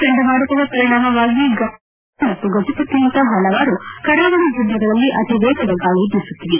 ಚಂಡ ಮಾರುತದ ಪರಿಣಾಮವಾಗಿ ಗಂಜಾಂ ಮರಿ ಖುರ್ದಾ ಮತ್ತು ಗಜಪತಿಯಂತಹ ಪಲವಾರು ಕರಾವಳಿ ಜಿಲ್ಲೆಗಳಲ್ಲಿ ಅತಿವೇಗದ ಗಾಳಿ ಬೀಸುತ್ತಿದೆ